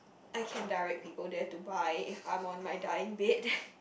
I can direct people there to buy if I'm on my dying bed